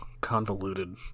convoluted